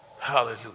Hallelujah